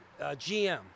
GM